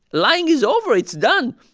lying is over. it's done.